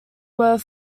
were